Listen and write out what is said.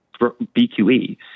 BQE